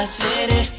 city